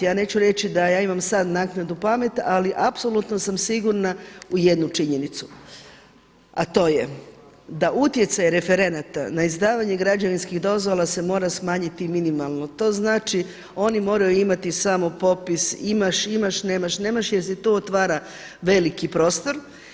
Ja neću reći da ja imam sad naknadnu pamet, ali apsolutno sam sigurna u jednu činjenicu, a to je da utjecaj referenata na izdavanje građevinskih dozvola se mora smanjiti minimalno, to znači oni moraju imati samo popis imaš, imaš, nemaš, nemaš jer se tu otvara veliki prostor.